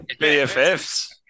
BFFs